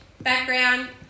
background